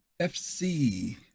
FC